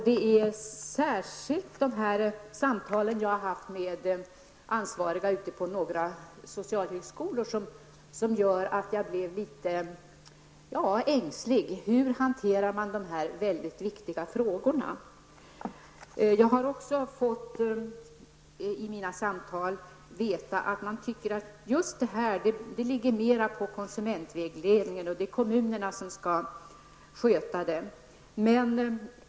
Det är särskilt de samtal jag har haft med ansvariga på några socialhögskolor som har gjort att jag blivit litet ängslig för hur man hanterar dessa väldigt viktiga frågor. Jag har också i mina samtal fått veta att man tycker att dessa frågor mera kommer in på konsumentvägledningens område och att kommunerna skall sköta dem.